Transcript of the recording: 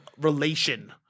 relation